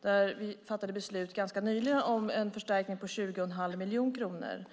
Där fattade vi beslut ganska nyligen om en förstärkning på 20 1⁄2 miljoner kronor.